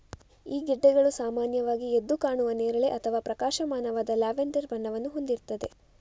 ಈ ಗೆಡ್ಡೆಗಳು ಸಾಮಾನ್ಯವಾಗಿ ಎದ್ದು ಕಾಣುವ ನೇರಳೆ ಅಥವಾ ಪ್ರಕಾಶಮಾನವಾದ ಲ್ಯಾವೆಂಡರ್ ಬಣ್ಣವನ್ನು ಹೊಂದಿರ್ತವೆ